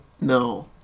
No